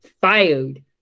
fired